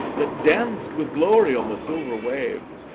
that danc'd with glory on the silver waves,